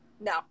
No